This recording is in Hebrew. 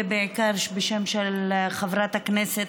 ובעיקר בשם חברת הכנסת